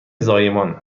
زایمان